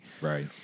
right